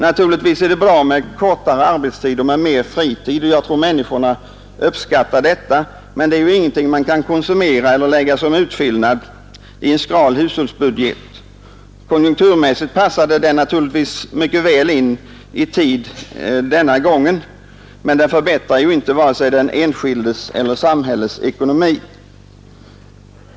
Naturligtvis är det bra med kortare arbetstid och mer fritid, och jag tror att människorna uppskattar detta, men det är ju ingenting man kan konsumera eller lägga som utfyllnad i en skral hushållsbudget. Konjunkturmässigt passade naturligtvis arbetstidsförkortningen denna gång väl i tiden, men den förbättrar varken den enskildes eller samhällets ekonomi.